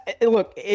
Look